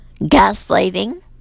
gaslighting